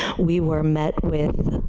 we were met with